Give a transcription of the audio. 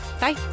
Bye